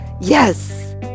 Yes